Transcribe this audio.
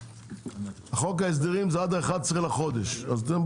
חוק ההסדרים זה עד ה-11 בחודש,